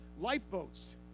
lifeboats